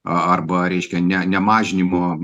arba reiškia ne nemažinimo